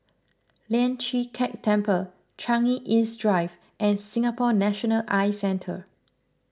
Lian Chee Kek Temple Changi East Drive and Singapore National Eye Centre